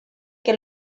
que